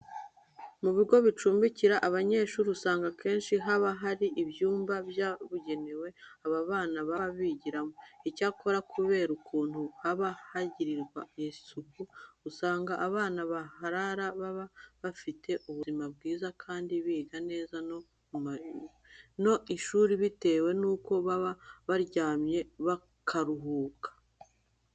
Mu bigo bicumbikira abanyeshuri usanga akenshi haba hari ibyumba byabugenewe aba bana baba bigiramo. Icyakora kubera ukuntu haba hagirirwa isuku, usanga abana baharara baba bafite ubuzima bwiza kandi biga neza no mu ishuri bitewe nuko baba baryamye bakaruhuka.